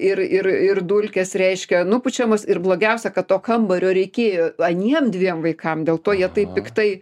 ir ir ir dulkės reiškia nupučiamos ir blogiausia kad to kambario reikėjo aniem dviem vaikam dėl to jie taip piktai